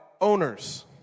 owners